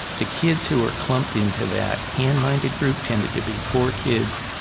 the kids who are clumped into that hand-minded group tended to be poor kids,